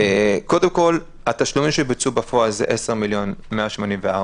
קודם כול התשלומים שבוצעו בפועל זה 10 מיליון ו-184,000,